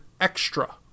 extra